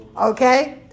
Okay